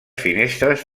finestres